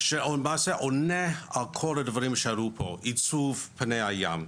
שלמעשה עונה על כל הדברים שעלו פה, ייצוב פני הים,